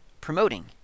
promoting